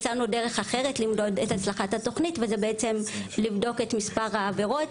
הצענו דרך אחרת למדוד את הצלחת התוכנית ובעצם לבדוק את מספר העבירות